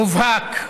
מובהק,